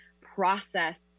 process